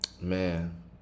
man